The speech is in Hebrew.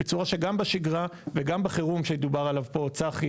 בצורה שגם בשגרה וגם בחירום שדובר עליו פה, צחי